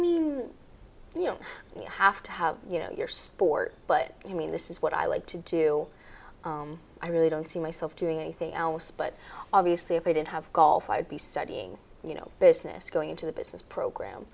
mean you know you have to have you know your sport but i mean this is what i like to do i really don't see myself doing anything else but obviously if i didn't have golf i'd be studying you know business going into the business program